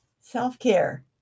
Self-care